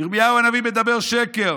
ירמיהו הנביא מדבר שקר.